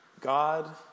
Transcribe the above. God